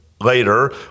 later